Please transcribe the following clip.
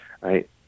right